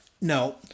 No